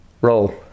roll